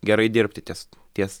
gerai dirbti ties ties